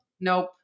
Nope